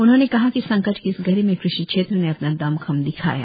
उन्होंने कहा कि संकट की इस घड़ी में कृषि क्षेत्र ने अपना दम खम दिखाया